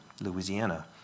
Louisiana